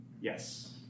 Yes